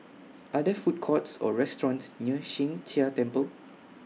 Are There Food Courts Or restaurants near Sheng Jia Temple